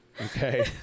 Okay